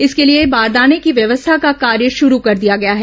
इसके लिए बारदाने की व्यवस्था का कार्य शुरू कर दिया गया है